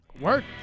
Work